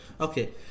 Okay